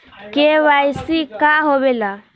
KYC का होवेला?